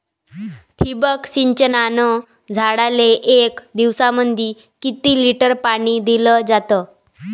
ठिबक सिंचनानं झाडाले एक दिवसामंदी किती लिटर पाणी दिलं जातं?